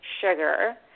sugar